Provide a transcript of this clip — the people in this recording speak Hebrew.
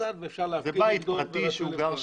הוא לא בית פרטי.